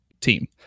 team